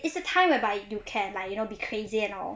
it's a time whereby you can like you know be crazy and all